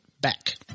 back